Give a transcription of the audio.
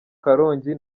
karongi